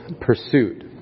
pursuit